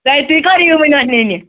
تۄہہِ تُہۍ کَر یِیِو وۅنۍ یَتھ نِنہِ